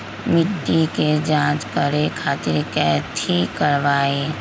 मिट्टी के जाँच करे खातिर कैथी करवाई?